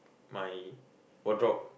my wardrobe